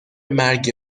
مرگ